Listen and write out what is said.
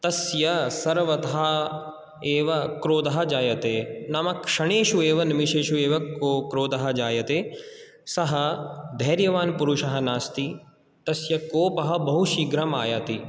तस्य सर्वथा एव क्रोधः जायते नाम क्षणेषु एव निमेषेषु एव क्रोधः जायते सः धैर्यवान् पुरुषः नास्ति तस्य कोपः बहुशीघ्रम् आयाति